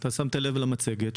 אתה שמת לב למצגת.